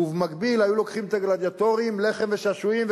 ובמקביל היו לוקחים את הגלדיאטורים, לחם ושעשועים.